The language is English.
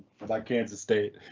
like kansas state.